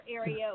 area